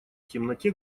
темноте